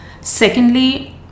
Secondly